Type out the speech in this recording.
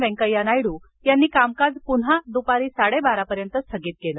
वेंकय्या नायडू यांनी कामकाज पुन्हा दुपारी साडेबारापर्यंत स्थगित केलं